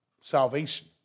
salvation